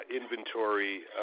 inventory